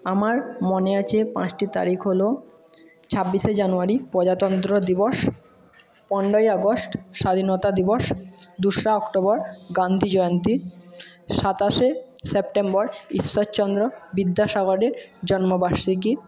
আমার মনে আছে পাঁচটি তারিখ হলো ছাব্বিশে জানুয়ারি প্রজাতন্ত্র দিবস পনেরোই আগস্ট স্বাধীনতা দিবস দোসরা অক্টোবর গান্ধি জয়ন্তী সাতাশে সেপ্টেম্বর ঈশ্বর চন্দ্র বিদ্যাসাগরের জন্ম বার্ষিকী